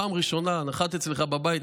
פעם ראשונה נחַתי אצלך בבית,